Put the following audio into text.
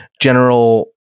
General